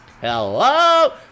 Hello